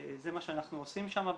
זה מה שאנחנו עושים שם בתכלס,